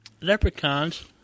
Leprechauns